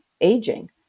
aging